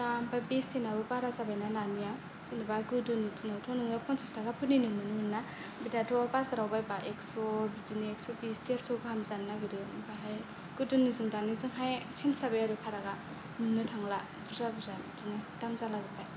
दा ओमफ्राय बेसेनाबो बारा जाबायना नानिया जेनोबा गोदोनि दिनावथ' नोङो फनसास थाखा फोरनिनो मोनोमोन ना ओमफ्राय दाथ' बाजाराव बायबा एकस' बिदिनो एकस' बिस देरस' गाहाम जानो नागेरो ओमफ्रायहाय गोदोनिजों दानिजोंहाय सेन्स जाबाय आरो फारागा मोन्नो थांला बरजा बुरजा बिदिनो दाम जाला जोबबाय